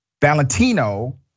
Valentino